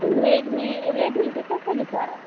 Redmi Redmi चाहिँ कसरी छ